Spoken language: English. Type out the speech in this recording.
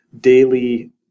daily